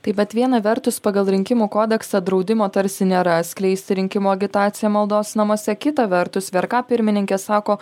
tai vat viena vertus pagal rinkimų kodeksą draudimo tarsi nėra skleisti rinkimų agitaciją maldos namuose kita vertus vrk pirmininkė sako